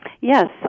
Yes